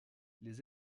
les